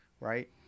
right